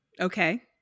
Okay